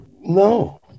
no